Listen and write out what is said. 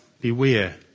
beware